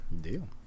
Deal